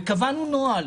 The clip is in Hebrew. וקבענו נוהל